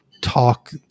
talk